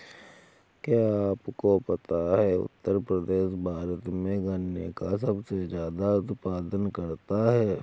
क्या आपको पता है उत्तर प्रदेश भारत में गन्ने का सबसे ज़्यादा उत्पादन करता है?